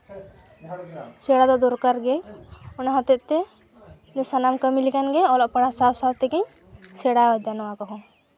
ᱥᱮᱬᱟ ᱫᱚ ᱫᱚᱨᱠᱟᱨ ᱜᱮ ᱚᱱᱟ ᱦᱚᱛᱮᱡᱛᱮ ᱥᱟᱱᱟᱢ ᱠᱟᱹᱢᱤ ᱞᱮᱠᱟᱱᱜᱮ ᱚᱞᱚᱜ ᱯᱟᱲᱦᱟᱣ ᱥᱟᱶ ᱥᱟᱶ ᱛᱮᱜᱤᱧ ᱥᱮᱬᱟᱭᱮᱫᱟ ᱱᱚᱣᱟ ᱠᱚᱦᱚᱸ